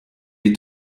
est